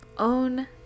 Own